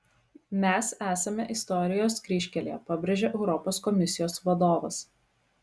mes esame istorijos kryžkelėje pabrėžė europos komisijos vadovas